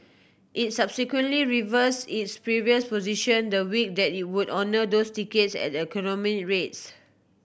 it subsequently reverse its previous position the week that it would honour those tickets at economy rates